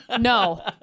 No